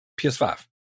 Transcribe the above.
PS5